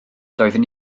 doeddwn